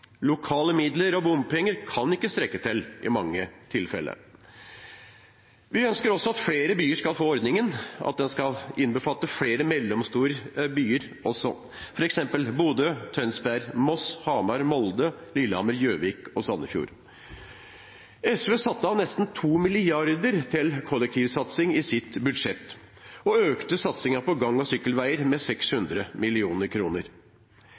Lokale midler og bompenger kan i mange tilfeller ikke strekke til. Vi ønsker også at flere byer skal få ordningen, at den skal innbefatte flere mellomstore byer også, f.eks. Bodø, Tønsberg, Moss, Hamar, Molde, Lillehammer, Gjøvik og Sandefjord. SV satte av nesten 2 mrd. kr til kollektivsatsing i sitt budsjett, og økte satsingen på gang- og sykkelveier med